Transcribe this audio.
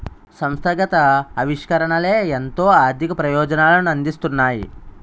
సంస్థాగత ఆవిష్కరణలే ఎంతో ఆర్థిక ప్రయోజనాలను అందిస్తున్నాయి